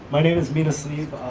my name is mina salib.